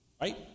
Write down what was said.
Right